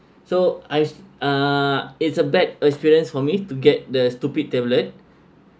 so I uh it's a bad experience for me to get the stupid tablet